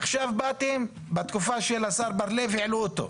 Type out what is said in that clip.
עכשיו בתקופה של השר בר לב העלו אותו.